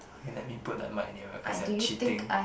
okay let me put the mic nearer cause you are cheating